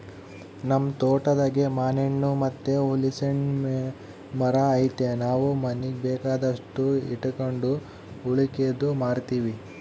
ನಮ್ ತೋಟದಾಗೇ ಮಾನೆಣ್ಣು ಮತ್ತೆ ಹಲಿಸ್ನೆಣ್ಣುನ್ ಮರ ಐತೆ ನಾವು ಮನೀಗ್ ಬೇಕಾದಷ್ಟು ಇಟಗಂಡು ಉಳಿಕೇದ್ದು ಮಾರ್ತೀವಿ